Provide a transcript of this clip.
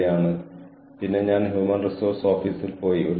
നിങ്ങൾ അതിനെക്കുറിച്ച് അറിയേണ്ടതുണ്ട്